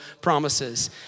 promises